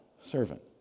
servant